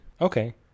Okay